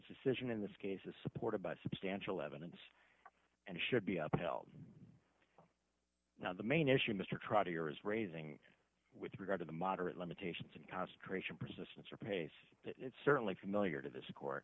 decision in this case is supported by substantial evidence and should be upheld now the main issue mr trotter is raising with regard to the moderate limitations and concentration persistence or pace it's certainly familiar to this court